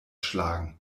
schlagen